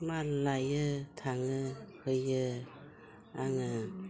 माल लाङो थाङो फैयो आङो